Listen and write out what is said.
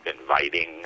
inviting